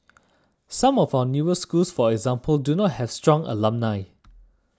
some of our newer schools for example do not have strong alumni